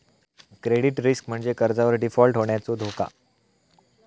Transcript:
credit risk म्हणजे कर्जावर default होण्याचो धोका